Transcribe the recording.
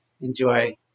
enjoy